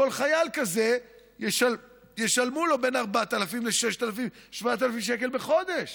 כל חייל כזה ישלמו לו בין 4,000 ל-6,000 7,000 שקל בחודש,